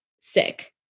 sick